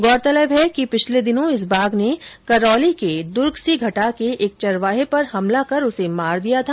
गौरतलब है कि पिछले दिनों इस बाघ ने करौली के दूर्गसीघटा के एक चरवाहे पर हमला कर उसे मार दिया था